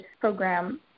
program